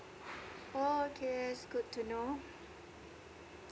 oh okay that's good to know